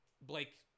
Blake